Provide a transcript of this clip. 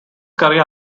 career